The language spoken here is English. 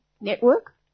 network